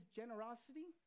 generosity